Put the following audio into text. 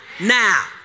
Now